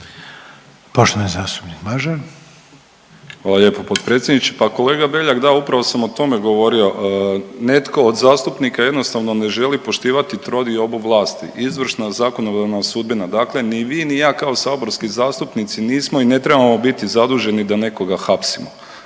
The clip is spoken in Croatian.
Poštovani zastupnik Mažar.